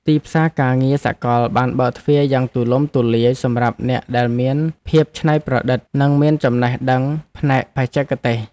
ទីផ្សារការងារសកលបានបើកទ្វារយ៉ាងទូលំទូលាយសម្រាប់អ្នកដែលមានភាពច្នៃប្រឌិត និងមានចំណេះដឹងផ្នែកបច្ចេកទេស។